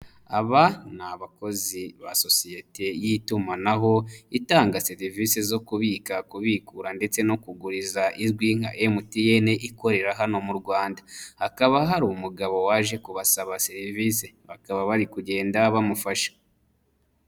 Aba ni abakozi ba sosiyete y'itumanaho itanga serivisi zo kubika, kubikura, ndetse no kuguriza izwi nka mtn ikorera hano mu rwanda. Hakaba hari umugabo waje kubasaba serivisi, bakaba bari kugenda bamufasha.